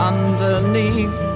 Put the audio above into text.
Underneath